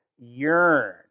yearn